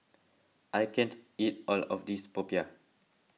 I can't eat all of this Popiah